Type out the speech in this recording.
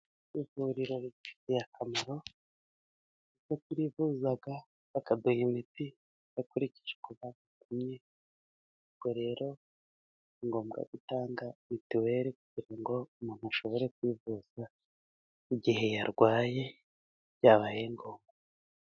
Ivuriro ridufitiye akamaro, kuko turivuza bakaduha imiti bakurikije uko badupimye ,ubwo rero ni ngombwa gutanga mitiweli, kugira ngo umuntu ashobore kwivuza ,mu gihe yarwaye byabaye ngombwa.